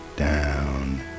down